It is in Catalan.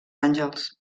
àngels